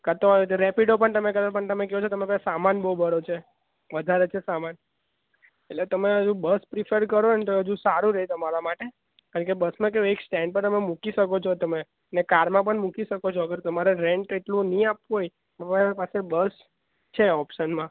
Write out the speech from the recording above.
કાં તો આ રેપીડો પણ તમે કરો પણ તમે કહો છો તમારી પાસે સામાન બહુ બધો છે વધારે છે સામાન એટલે તમે હજુ બસ પ્રિફર કરો ને તો હજુ સારું રહે તમારા માટે કારણ કે બસમાં કેવું એક સ્ટેન્ડ પર તમે મૂકી શકો છો તમે ને કારમાં પણ મૂકી શકો છો અગર તમારે રેન્ટ એટલું નહીં આપવું હોય તમારા પાસે બસ છે ઓપ્શનમાં